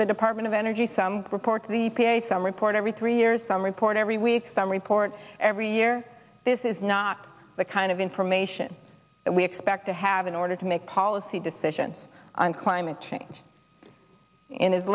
the department of energy some report the e p a some report every three years some report every week some report the year this is not the kind of information we expect to have in order to make policy decisions on climate change in his